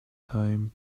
time